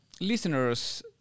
listeners